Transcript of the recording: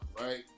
right